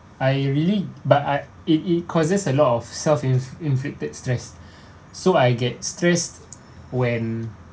I really but I it it causes a lot of self inf~ inflicted stress so I get stress when